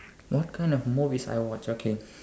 what kind of movies I watch okay